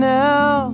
now